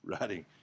writing